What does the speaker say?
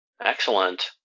Excellent